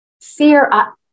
Fear